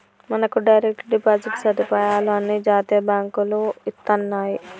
మనకు direct deposit సదుపాయాలు అన్ని జాతీయ బాంకులు ఇత్తన్నాయి